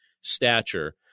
stature